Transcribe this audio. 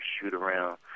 shoot-around